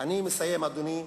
אני מסיים, אדוני,